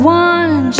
one